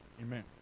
Amen